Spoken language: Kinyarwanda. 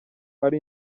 ari